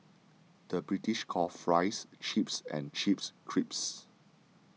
the British calls Fries Chips and Chips Crisps